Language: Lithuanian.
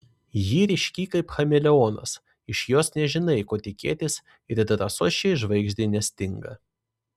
ji ryški kaip chameleonas iš jos nežinai ko tikėtis ir drąsos šiai žvaigždei nestinga